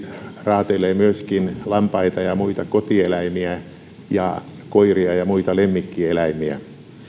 raatelee lampaita ja muita kotieläimiä ja koiria ja muita lemmikkieläimiä